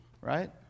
Right